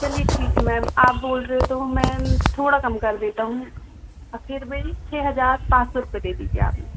चलिए ठीक है मैम आप बोल रहे हो तो ह मैं थोड़ा कम कर देता हूँ फिर भी छः हजार पाँच सौ रूपए दे दीजिए आप